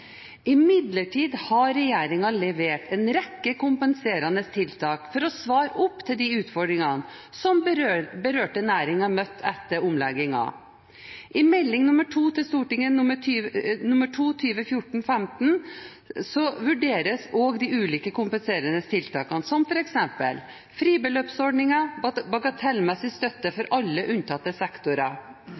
har imidlertid levert en rekke kompenserende tiltak for å svare på de utfordringene som berørte næringer møtte etter omleggingen. I St. Meld 2 for 2014–2015 vurderes også de ulike kompenserende tiltakene, som f.eks.: «Fribeløpsordninger for alle unntatte sektorer: